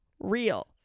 real